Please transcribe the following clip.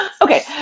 okay